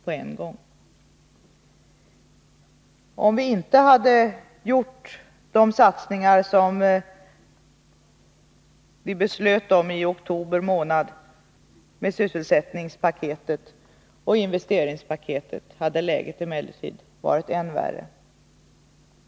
Hade vi inte gjort de satsningar som vi beslöt om i oktober — med sysselsättningsoch investeringspaketet — hade läget emellertid varit än värre.